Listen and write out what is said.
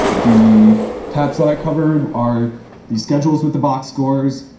the tabs that i covered are the schedules with the boxscores,